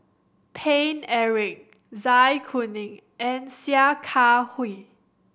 Paine Eric Zai Kuning and Sia Kah Hui